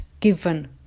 given